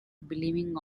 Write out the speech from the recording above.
believing